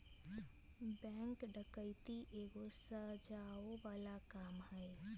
bank डकैती एगो सजाओ बला काम हई